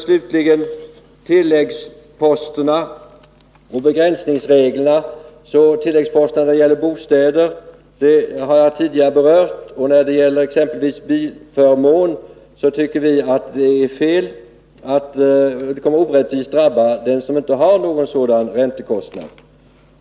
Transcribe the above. Slutligen tilläggsposterna och begränsningsreglerna. Tilläggsposterna när det gäller bostäder har jag tidigare berört. När det gäller exempelvis bilförmån tycker vi att det är fel med tilläggsposter. Det kommer att orättvist drabba den som inte har någon sådan räntekostnad.